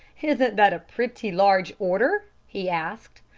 isn't that a pretty large order? he asked.